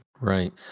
Right